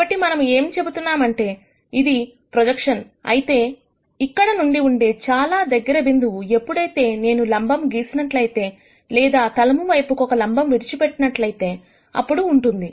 కాబట్టి మనం ఏం చెబుతున్నాము అంటే ఇది ప్రొజెక్షన్ అయితే ఇక్కడ నుండి ఉండే చాలా దగ్గర బిందువు ఎప్పుడైతే నేను లంబము గీసినట్లయితే లేదా తలము వైపుకు ఒక లంబము విడిచి నట్లయితే అప్పుడు ఉంటుంది